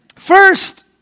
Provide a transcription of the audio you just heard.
First